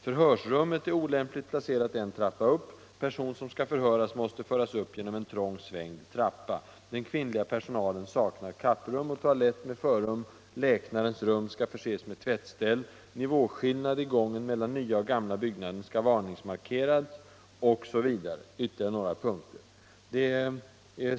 Förhörsrummet är olämpligt placerat en trappa upp. Person som skall förhöras måste föras upp genom en trång svängd trappa. Den kvinnliga personalen saknar kapprum och toalett med förrum. Läkarens rum skall förses med tvättställ. Nivåskillnad i gången mellan nya och gamla byggnaden skall varningsmarkeras. Rapporten fortsatte med ytterligare några punkter.